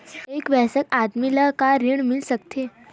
एक वयस्क आदमी ला का ऋण मिल सकथे?